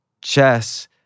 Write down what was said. chess